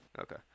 Okay